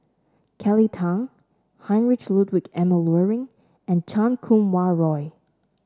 Kelly Tang Heinrich Ludwig Emil Luering and Chan Kum Wah Roy